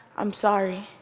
i'm sorry.